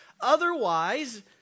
Otherwise